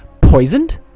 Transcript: poisoned